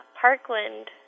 Parkland